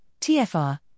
TFR